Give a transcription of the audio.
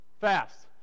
fast